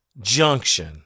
junction